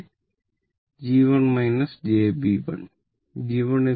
0 6 j 0